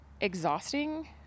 exhausting